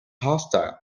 hostile